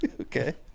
Okay